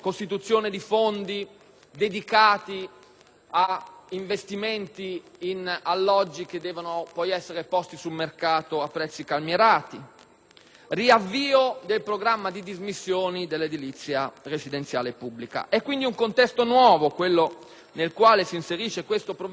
ad investimenti in alloggi che devono poi essere posti sul mercato a prezzi calmierati, riavvio del programma di dismissione dell'edilizia residenziale pubblica. È quindi un contesto nuovo quello nel quale si inserisce questo provvedimento, che in tal senso assume